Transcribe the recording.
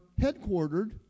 headquartered